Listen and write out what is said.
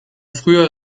früher